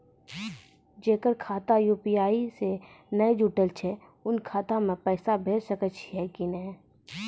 जेकर खाता यु.पी.आई से नैय जुटल छै उ खाता मे पैसा भेज सकै छियै कि नै?